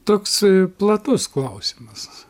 toks platus klausimas